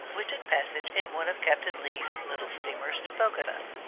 we took passage in one of captain lee's little steamers to bodegas,